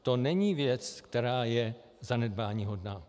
To není věc, která je zanedbáníhodná.